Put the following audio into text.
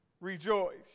rejoice